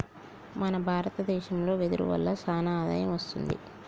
మన భారత దేశంలో వెదురు వల్ల సానా ఆదాయం వస్తుంది